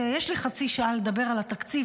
שיש לי חצי שעה לדבר על התקציב,